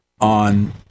on